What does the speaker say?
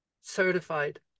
certified